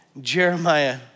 Jeremiah